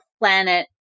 planet